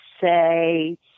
say